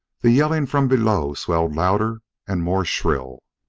the yelling from below swelled louder and more shrill.